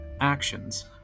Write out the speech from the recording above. actions